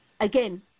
Again